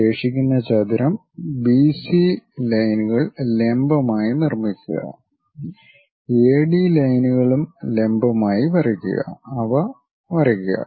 ശേഷിക്കുന്ന ചതുരം ബിസി ലൈൻകൾ ലംബമായി നിർമ്മിക്കുക എഡി ലൈൻകളും ലംബമായി വരയ്ക്കുക അവ വരയ്ക്കുക